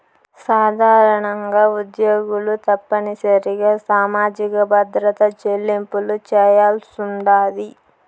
సాధారణంగా ఉద్యోగులు తప్పనిసరిగా సామాజిక భద్రత చెల్లింపులు చేయాల్సుండాది